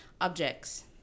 Objects